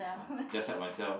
ah just help myself